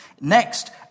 Next